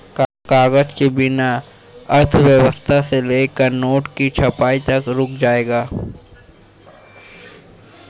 कागज के बिना अर्थव्यवस्था से लेकर नोट की छपाई तक रुक जाएगा